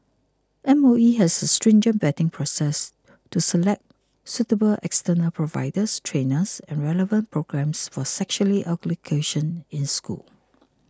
M O E has a stringent vetting process to select suitable external providers trainers and relevant programmes for sexuality ugly cation in schools